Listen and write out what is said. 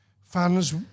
fans